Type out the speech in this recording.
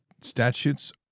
statutes